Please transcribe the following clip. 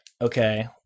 Okay